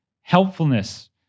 helpfulness